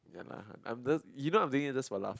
ya lah I'm just you know I'm doing it just for laughs